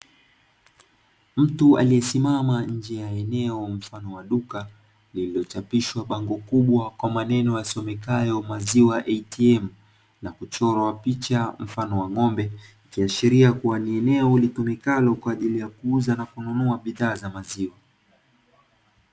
Mtu aliyesimama nje ya eneo mfano wa duka, lililochapishwa bango kubwa kwa maneno yasomekayo "Maziwa ATM" na kuchorwa picha mfano wa ng'ombe, ikiashiria kuwa ni eneo litumikalo kwa ajili ya kuuza na kununua bidhaa za maziwa.